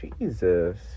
Jesus